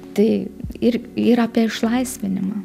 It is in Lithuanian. tai ir ir apie išlaisvinimą